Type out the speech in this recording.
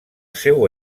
seu